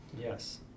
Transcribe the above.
Yes